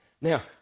Now